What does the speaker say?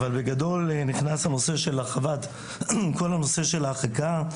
אבל בגדול נכנס הנושא של הרחבת כל הנושא של ההרחקה.